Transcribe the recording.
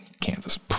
Kansas